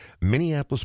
Minneapolis